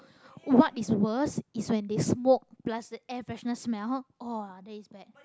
what is worst is when they smoke plus the air freshness smell [wah] that is bad